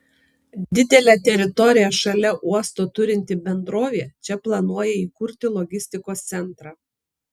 didelę teritoriją šalia uosto turinti bendrovė čia planuoja įkurti logistikos centrą